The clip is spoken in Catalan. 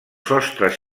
sostres